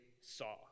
saw